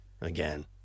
Again